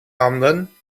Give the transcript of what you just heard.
handen